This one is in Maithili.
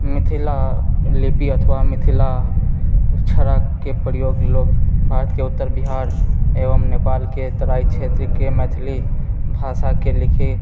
मिथिला लिपी अथवा मिथिला अक्षरके प्रयोग लोक भारतके उत्तर बिहार एवम नेपालके तराइ क्षेत्रके मैथिली भाषाके लिखए